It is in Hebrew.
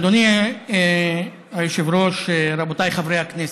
אדוני היושב-ראש, רבותיי חברי הכנסת,